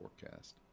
forecast